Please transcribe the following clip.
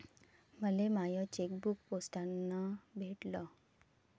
मले माय चेकबुक पोस्टानं भेटल